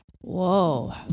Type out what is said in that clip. Whoa